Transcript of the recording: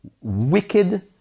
wicked